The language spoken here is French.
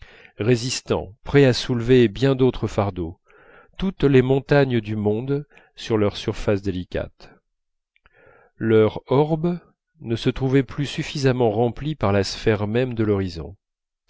résistants prêts à soulever bien d'autres fardeaux toutes les montagnes du monde sur leur surface délicate leur orbe ne se trouvait plus suffisamment rempli par la sphère même de l'horizon